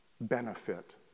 benefit